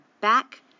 back